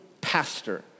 pastor